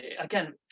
again